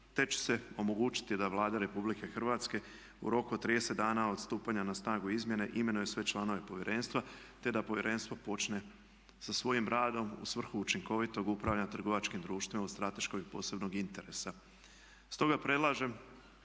te će se omogućiti da Vlada Republike Hrvatske u roku od 30 dana od stupanja na snagu izmjene imenuje sve članove povjerenstva, te da povjerenstvo počne sa svojim radom u svrhu učinkovitog upravljanja trgovačkim društvima od strateškog i posebnog interesa. Stoga predlažem